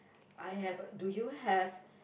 I have a do you have